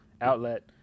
outlet